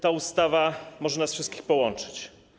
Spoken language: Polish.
Ta ustawa może nas wszystkich połączyć.